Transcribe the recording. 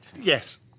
Yes